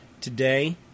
today